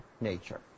nature